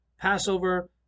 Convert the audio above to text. Passover